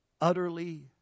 utterly